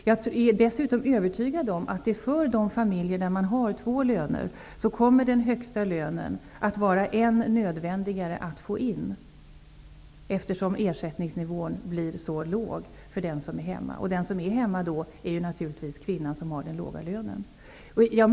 Jag är dessutom övertygad om att det för de familjer som har två löner kommer att vara än mer nödvändigt att få in den högsta lönen, eftersom ersättningsnivån blir så låg för den som är hemma. Det är naturligtvis kvinnan, som har den låga lönen.